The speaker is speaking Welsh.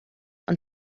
ond